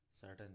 certain